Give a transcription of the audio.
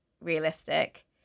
realistic